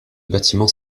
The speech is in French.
bâtiment